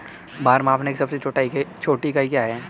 भार मापने की सबसे छोटी इकाई क्या है?